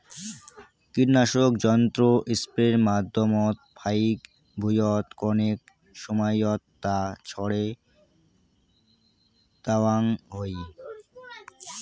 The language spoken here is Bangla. কীটনাশক যন্ত্র স্প্রের মাধ্যমত ফাইক ভুঁইয়ত কণেক সমাইয়ত তা ছড়ে দ্যাওয়াং হই